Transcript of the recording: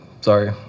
sorry